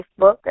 Facebook